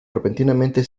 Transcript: repentinamente